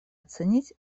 оценить